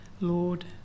Lord